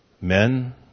Men